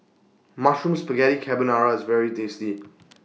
Mushroom Spaghetti Carbonara IS very tasty